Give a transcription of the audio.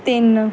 ਤਿੰਨ